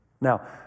Now